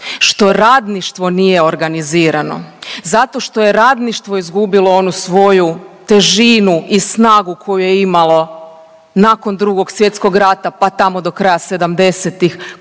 što radništvo nije organizirano, zato što je radništvo izgubilo onu svoju težinu i snagu koju je imalo nakon Drugog svjetskog rata pa tamo do kraja